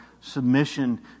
submission